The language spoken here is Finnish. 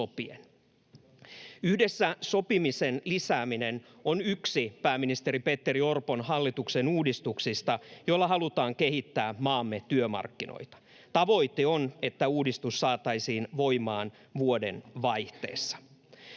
Yhdessä sopimisen lisääminen on yksi pääministeri Petteri Orpon hallituksen uudistuksista, joilla halutaan kehittää maamme työmarkkinoita. Tavoite on, että uudistus saataisiin voimaan vuodenvaihteessa.